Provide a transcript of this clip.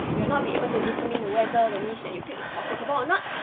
you will not be able to determine whether the niche and you pick is profitable or not,